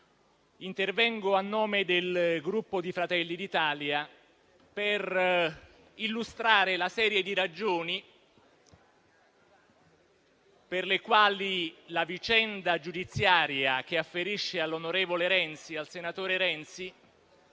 intervengo a nome del Gruppo Fratelli d'Italia per illustrare la serie di ragioni per le quali la vicenda giudiziaria che afferisce al senatore Renzi